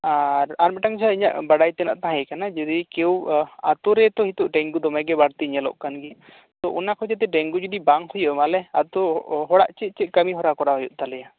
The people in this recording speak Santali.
ᱟᱨ ᱟᱨ ᱢᱤᱫᱴᱟᱝ ᱡᱟᱦᱟᱸ ᱵᱟᱰᱟᱭ ᱛᱮᱱᱟᱜ ᱛᱟᱦᱮᱸ ᱠᱟᱱᱟ ᱡᱩᱫᱤ ᱠᱮᱣ ᱟᱹᱛᱩ ᱨᱮ ᱛᱚ ᱱᱤᱛᱚᱜ ᱰᱮᱝᱜᱩ ᱫᱚᱢᱮ ᱜᱮ ᱵᱟᱹᱲᱛᱤ ᱧᱮᱞᱚᱜ ᱠᱟᱱ ᱜᱮᱭᱟ ᱛᱳ ᱚᱱᱟ ᱠᱚ ᱡᱟᱛᱮ ᱰᱮᱝᱜᱩ ᱡᱩᱫᱤ ᱵᱟᱝ ᱦᱩᱭᱟᱞᱮ ᱟᱹᱛᱩ ᱦᱚᱲᱟᱜ ᱪᱮᱫ ᱪᱮᱫ ᱠᱟᱹᱢᱤ ᱦᱚᱨᱟ ᱠᱚᱨᱟᱣ ᱦᱩᱭᱩᱜ ᱛᱟᱞᱮᱭᱟ